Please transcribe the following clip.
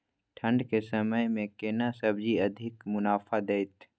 ठंढ के समय मे केना सब्जी अधिक मुनाफा दैत?